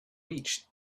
reach